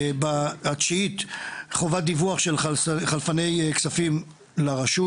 הסתייגות תשיעית: "חובת דיווח של חלפני כספים לרשות"